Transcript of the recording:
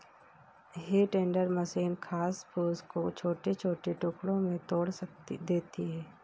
हे tender machine घास फूस को छोटे छोटे टुकड़ों में तोड़ देती है